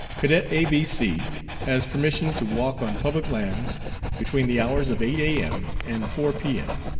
cadet a b c has permission to walk on public lands between the hours of eight a m. and four p m,